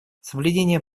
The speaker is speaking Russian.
соблюдение